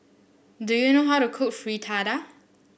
do you know how to cook Fritada